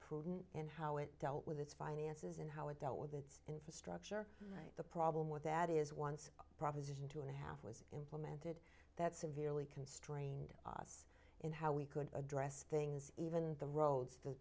prudent and how it dealt with its finances and how it dealt with its infrastructure the problem with that is once proposition two and a half was implemented that severely constrained us in how we could address things even the roads t